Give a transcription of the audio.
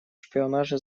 шпионаже